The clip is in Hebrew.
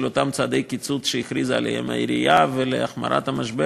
אותם צעדי קיצוץ שהכריזה עליהם העירייה והחמרת המשבר?